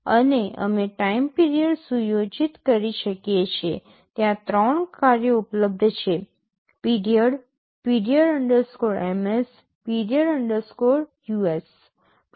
અને અમે time period સુયોજિત કરી શકીએ છીએ ત્યાં ત્રણ કાર્યો ઉપલબ્ધ છે period period ms period us